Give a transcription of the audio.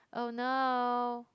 oh no